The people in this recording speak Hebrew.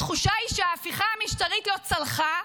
התחושה היא שההפיכה המשטרית לא צלחה,